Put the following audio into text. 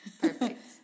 Perfect